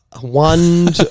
One